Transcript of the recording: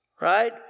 right